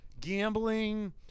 gambling